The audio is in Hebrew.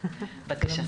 בבקשה.